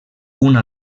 una